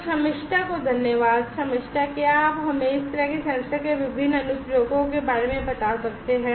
तो शमिष्ठा को धन्यवाद शमिष्ठ क्या आप हमें इस तरह के सेंसर के विभिन्न अनुप्रयोगों के बारे में बता सकते हैं